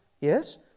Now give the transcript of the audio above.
Yes